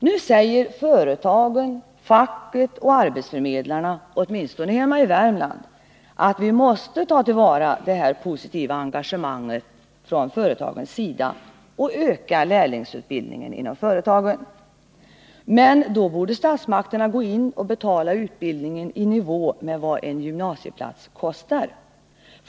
Nu säger företagen, facket och arbetsförmedlarna — åtminstone hemma i Värmland — att vi måste ta till vara detta positiva engagemang från företagens sida och öka lärlingsutbildningen inom företagen. Men då borde statsmakterna gå in och betala utbildningen i nivå med vad en gymnasieplats kostar.